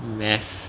math